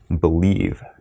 believe